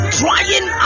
trying